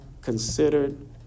considered